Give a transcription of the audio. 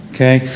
Okay